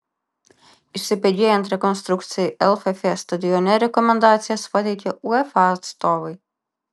įsibėgėjant rekonstrukcijai lff stadione rekomendacijas pateikė uefa atstovai